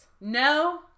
No